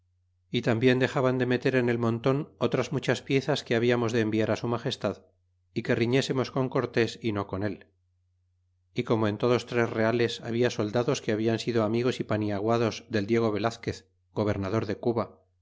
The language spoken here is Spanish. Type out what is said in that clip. y tarnbien dexaban de meter en el monton otras muchas piezas que hablamos de enviar su magestad y que riñésemos con cortés y no con él y como en todos tres reales habia soldados que hablan sido amigos y paniaguados del diego velazquez gobernador de cuba